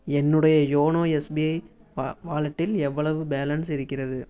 என்னுடைய யோனோ எஸ்பிஐ வா வாலெட்டில் எவ்வளவு பேலன்ஸ் இருக்கிறது